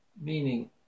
meaning